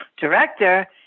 director